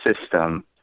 system